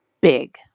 big